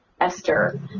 esther